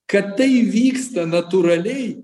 kad tai vyksta natūraliai